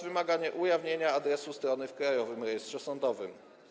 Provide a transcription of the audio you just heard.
Wymagane jest też ujawnienie adresu strony w Krajowym Rejestrze Sądowym.